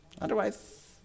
Otherwise